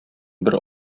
бер